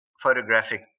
photographic